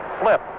flip